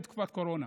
בתקופת קורונה.